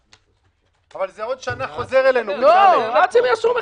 אבל זה חוזר אלינו עוד שנה.